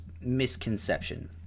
misconception